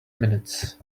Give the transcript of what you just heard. minutes